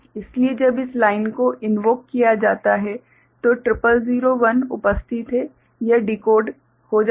इसलिए जब इस लाइन को इनवोक किया जाता है तो 0001 उपस्थित है यह डीकोड हो जाता है